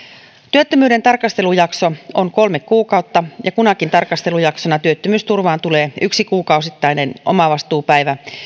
työttömyyden tarkastelujakso on kolme kuukautta ja kunakin tarkastelujaksona työttömyysturvaan tulee yksi kuukausittainen omavastuupäivä